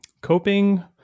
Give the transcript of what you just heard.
coping